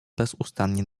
bezustannie